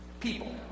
people